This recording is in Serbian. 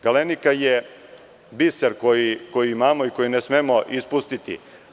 Galenika“ je biser koji imamo i koji ne smemo ispustiti.